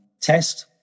test